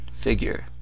figure